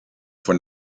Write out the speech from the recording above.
von